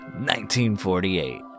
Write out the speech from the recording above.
1948